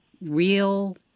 real